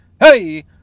Hey